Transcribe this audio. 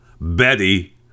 Betty